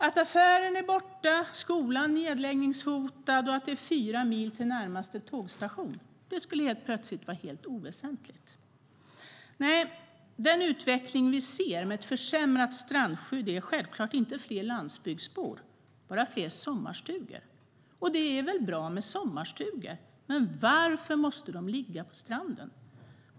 Att affären är borta, skolan är nedläggningshotad och att det är fyra mil till närmaste tågstation skulle helt plötsligt vara oväsentligt. Nej, den utveckling vi ser med ett försämrat strandskydd är självklart inte fler landsbygdsbor, bara fler sommarstugor. Och det är väl bra med sommarstugor, men varför måste de ligga på stranden?